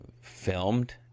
filmed